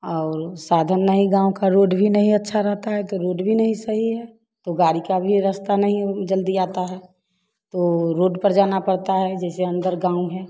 और साधन नहीं गाँव का रोड भी नहीं अच्छा रहता है तो रोड भी नहीं सही है तो गाड़ी का भी रस्ता नहीं होगी जल्दी आता है तो रोड पर जाना पड़ता है जैसे अंदर गाँव है